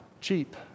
cheap